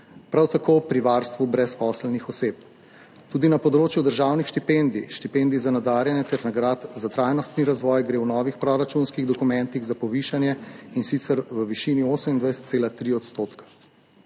prav tako pri varstvu brezposelnih oseb. Tudi na področju državnih štipendij, štipendij za nadarjene ter nagrad za trajnostni razvoj gre v novih proračunskih dokumentih za povišanje, in sicer v višini 28,3 %.